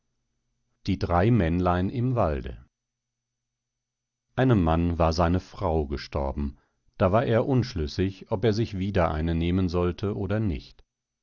die drei männlein im walde einem mann war seine frau gestorben da war er unschlüssig ob er sich wieder eine nehmen sollte oder nicht